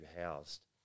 housed